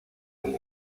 del